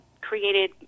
created